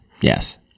Yes